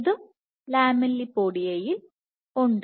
ഇതും ലാമെല്ലിപോഡിയയിൽ ഉണ്ട്